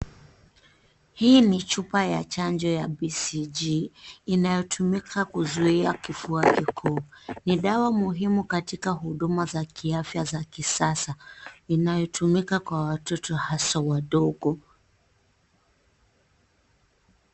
Hii ni chupa ya chanjo ya BCG inayotumika kuzuia kifua kikuu ,ni dawa muhimu katika huduma za kiafya za kisasa inayotumika kwa watoto hasa wadogo.